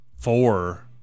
four